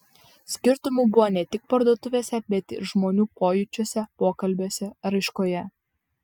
skirtumų buvo ne tik parduotuvėse bet ir žmonių pojūčiuose pokalbiuose raiškoje